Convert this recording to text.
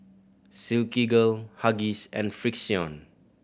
Silkygirl Huggies and Frixion